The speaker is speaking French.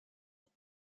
oui